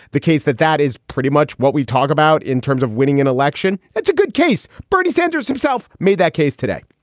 the case that that is pretty much what we talk about in terms of winning an election. that's a good case bernie sanders himself made that case today,